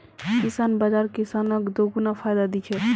किसान बाज़ार किसानक दोगुना फायदा दी छे